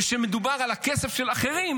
וכשמדובר על הכסף של אחרים,